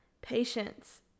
patience